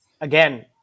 again